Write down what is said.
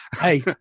Hey